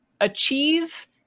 achieve